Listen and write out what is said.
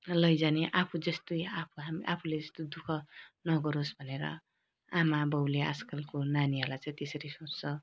लैजाने आफू जस्तै हामी आफूले जस्तै दुख नगरोस् भनेर आमाबाबुले आजकलको नानीहरूलाई चाहिँ त्यसरी सोच्छ